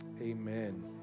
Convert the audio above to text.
amen